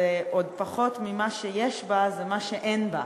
עוד פחות ממה שיש בה, זה מה שאין בה.